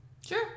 sure